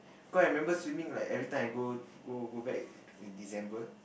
cause I remember swimming like every time I go go go back in December